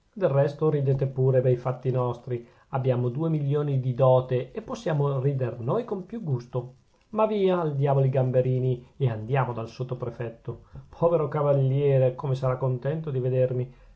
del resto ridete pure dei fatti nostri abbiamo due milioni di dote e possiamo rider noi con più gusto ma via al diavolo i gamberini e andiamo dal sottoprefetto povero cavaliere come sarà contento di vedermi